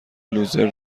لوزر